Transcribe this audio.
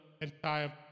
entire